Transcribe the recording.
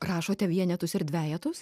rašote vienetus ir dvejetus